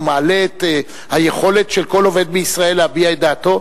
ומעלה את היכולת של כל עובד בישראל להביע את דעתו,